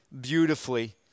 beautifully